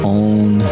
own